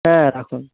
হ্যাঁ রাখুন